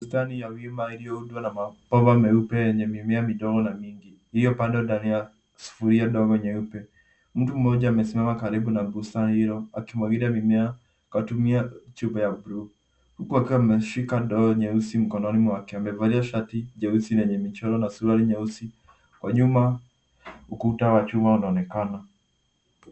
Bustani ya wima iliyoundwa na mabawa meupe yenye mimea midogo na mingi iliyopandwa ndani ya sufuria ndogo nyeupe. Mtu mmoja amesimama karibu na bustani hilo akimwagilia mimea kwa kutumia chupa ya bluu huku akiwa ameshika ndoo nyeusi mkononi mwake. Amevalia koti jeusi lenye mechorwa na suruali nyeusi. Kwa nyuma, ukuta wa chuma unaonekana.